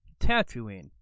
Tatooine